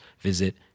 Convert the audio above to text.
visit